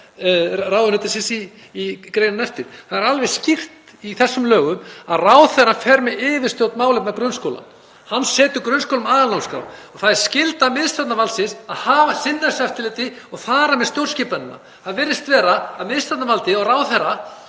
ráðuneytisins í greininni á eftir. Það er alveg skýrt í þessum lögum að ráðherra fer með yfirstjórn málefna grunnskóla. Hann setur grunnskólum aðalnámskrá. Það er skylda miðstjórnarvaldsins að sinna þessu eftirliti og fara með stjórnskipanina. Það virðist vera að miðstjórnarvaldið og ráðherra